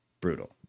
brutal